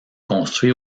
construit